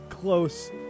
close